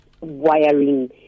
wiring